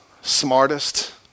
Smartest